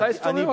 אתה היסטוריון,